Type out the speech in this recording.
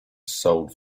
sold